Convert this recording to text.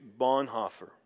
Bonhoeffer